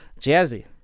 Jazzy